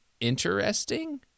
interesting